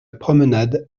promenade